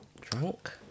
drunk